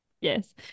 yes